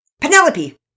Penelope